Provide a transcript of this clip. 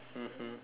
mmhmm